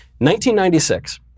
1996